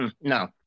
No